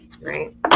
right